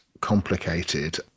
complicated